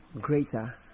greater